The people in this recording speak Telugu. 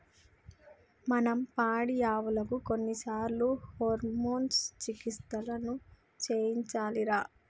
మనం పాడియావులకు కొన్నిసార్లు హార్మోన్ చికిత్సలను చేయించాలిరా